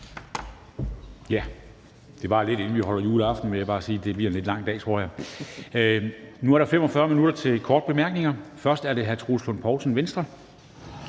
Ja, det varer lidt, inden vi holder juleaften, vil jeg bare sige. Det bliver en lidt lang dag, tror jeg. Nu er der 45 minutter til korte bemærkninger. Først er det hr. Troels Lund Poulsen, Venstre.